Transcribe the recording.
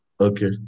Okay